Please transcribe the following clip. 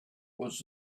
was